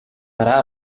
parar